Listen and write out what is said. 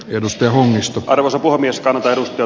tiedustelu onnistu karvosen puuhamies arto